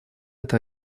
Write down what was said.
это